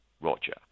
roger